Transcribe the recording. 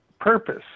purpose